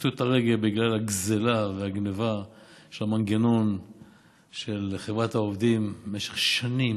שפשטו את הרגל בגלל הגזלה והגנבה של המנגנון של חברת העובדים במשך שנים,